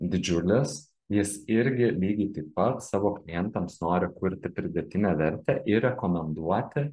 didžiulis jis irgi lygiai taip pat savo klientams nori kurti pridėtinę vertę ir rekomenduoti